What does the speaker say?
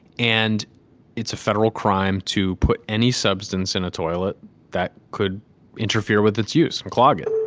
and it's a federal crime to put any substance in a toilet that could interfere with its use clog.